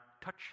touch